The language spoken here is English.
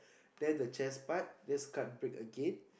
then the chest part just cut break again